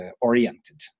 oriented